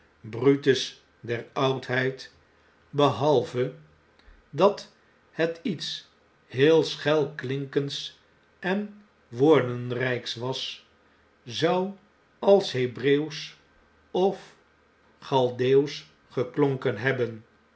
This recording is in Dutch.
brutus der oudheid behalve dat het iets heel schelklinkends en woordenrjjks was zou als hebreeuwsch of ohaldeeuwsch geklonken hebben